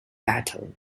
battle